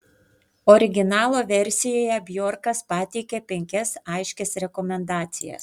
originalo versijoje bjorkas pateikia penkias aiškias rekomendacijas